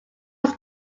was